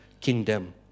kingdom